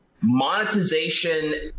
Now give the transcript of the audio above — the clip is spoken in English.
monetization